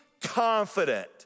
confident